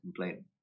complain